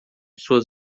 suas